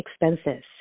expenses